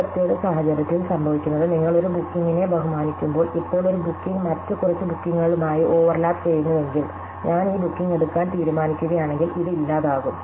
ഈ പ്രത്യേക സാഹചര്യത്തിൽ സംഭവിക്കുന്നത് നിങ്ങൾ ഒരു ബുക്കിംഗിനെ ബഹുമാനിക്കുമ്പോൾ ഇപ്പോൾ ഒരു ബുക്കിംഗ് മറ്റ് കുറച്ച് ബുക്കിംഗുകളുമായി ഓവർലാപ്പുചെയ്യുന്നുവെങ്കിൽ ഞാൻ ഈ ബുക്കിംഗ് എടുക്കാൻ തീരുമാനിക്കുകയാണെങ്കിൽ ഇത് ഇല്ലാതാകും